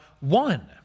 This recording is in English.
one